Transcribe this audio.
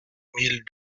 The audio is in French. mille